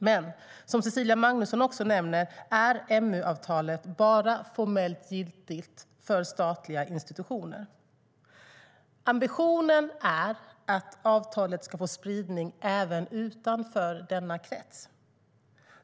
Men, som Cecilia Magnusson också nämner, är MU-avtalet bara formellt giltigt för statliga institutioner. Ambitionen är att avtalet ska få spridning även utanför denna krets.